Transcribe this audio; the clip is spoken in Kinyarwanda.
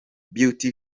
beauty